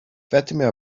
fatima